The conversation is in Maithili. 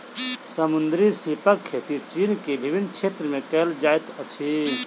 समुद्री सीपक खेती चीन के विभिन्न क्षेत्र में कयल जाइत अछि